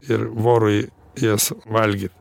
ir vorui jas valgyt